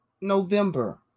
November